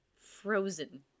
frozen